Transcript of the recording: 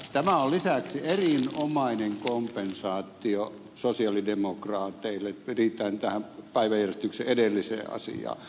tä mä on lisäksi erinomainen kompensaatio sosialidemokraateille siitä että pyritään tähän päiväjärjestyksen edelliseen asiaan